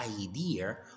idea